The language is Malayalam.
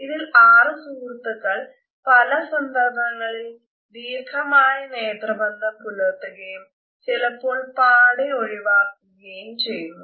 ഇതിൽ ആറു സുഹൃത്തുക്കൾ പല സന്ദർഭങ്ങളിൽ ദീർഘമായ നേത്രബന്ധം പുലർത്തുകയും ചിലപ്പോൾ പാടെ ഒഴിവാക്കുകയും ചെയ്യുന്നു